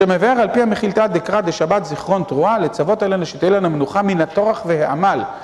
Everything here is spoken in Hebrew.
שמבאר על פי המחילתא דקרא, דשבת, זיכרון, תרועה, לצוות עלינו, שתהיה לנו מנוחה מן הטורח ומן העמל.